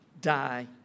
die